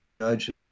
judge